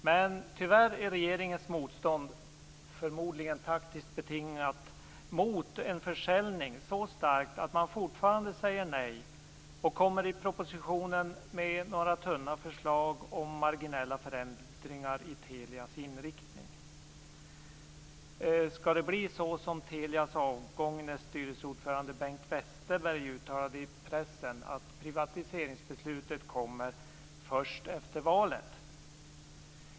Men tyvärr är regeringens motstånd - förmodligen taktiskt betingat - mot en försäljning så starkt att man fortfarande säger nej och i propositionen kommer med några tunna förslag om marginella förändringar i Telias inriktning. Skall det bli så, som Telias avgångne styrelseordförande Bengt Westerberg uttalade i pressen, att privatiseringsbeslutet kommer först efter valet?